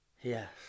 Yes